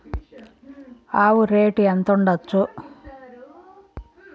ఆవు రేటు ఎంత ఉండచ్చు?